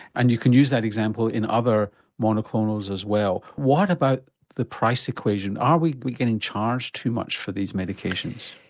and you could use that example in other monoclonals as well what about the price equation, are we we getting charged too much for these medications?